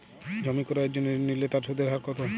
জমি ক্রয়ের জন্য ঋণ নিলে তার সুদের হার কতো?